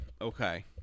Okay